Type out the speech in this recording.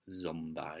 zombie